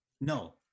No